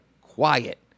quiet